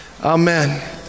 Amen